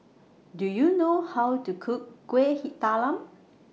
Do YOU know How to Cook Kuih Talam